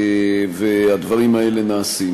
והדברים האלה נעשים.